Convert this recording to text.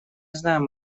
знаем